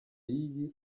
y’iyi